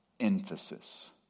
emphasis